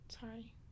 sorry